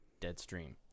Deadstream